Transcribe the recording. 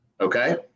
okay